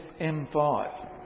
M5